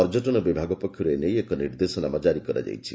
ପର୍ଯ୍ୟଟନ ବିଭାଗ ପକ୍ଷରୁ ଏ ନେଇ ଏକ ନିର୍ଦ୍ଦେଶନାମା ଜାରି କରାଯାଇଛି